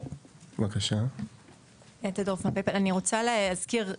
אני רוצה להזכיר,